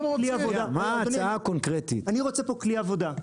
אני רוצה שיהיה לי כלי עבודה.